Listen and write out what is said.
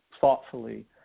thoughtfully